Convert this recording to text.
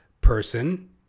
person